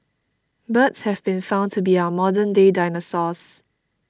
birds have been found to be our modern day dinosaurs